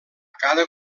cada